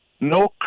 No